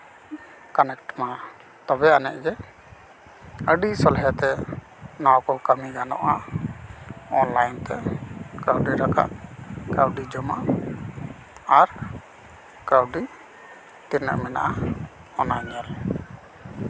connect ᱢᱟ ᱛᱚᱵᱮ ᱟᱹᱱᱤᱡ ᱜᱮ ᱟᱹᱰᱤ ᱥᱚᱦᱞᱮᱛᱮ ᱱᱚᱣᱟ ᱠᱚ ᱠᱟᱹᱢᱤ ᱜᱟᱱᱚᱜᱼᱟ ᱚᱱᱞᱟᱭᱤᱱ ᱛᱮ ᱠᱟᱹᱣᱰᱤ ᱨᱟᱠᱟᱵ ᱠᱟᱹᱣᱰᱤ ᱡᱚᱢᱟᱜ ᱟᱨ ᱠᱟᱹᱣᱰᱤ ᱛᱤᱱᱟᱹᱜ ᱢᱮᱱᱟᱜᱼᱟ ᱚᱱᱟ ᱧᱮᱞ